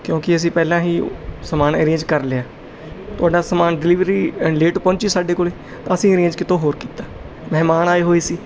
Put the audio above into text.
ਕਿਉਂਕਿ ਅਸੀਂ ਪਹਿਲਾਂ ਹੀ ਸਮਾਨ ਅਰੇਂਜ ਕਰ ਲਿਆ ਤੁਹਾਡਾ ਸਮਾਨ ਡਲੀਵਰੀ ਲੇਟ ਪਹੁੰਚੀ ਸਾਡੇ ਕੋਲ ਤਾਂ ਅਸੀਂ ਅਰੇਂਜ ਕਿਤੋ ਹੋਰ ਕੀਤਾ ਮਹਿਮਾਨ ਆਏ ਹੋਏ ਸੀ